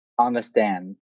understand